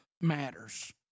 matters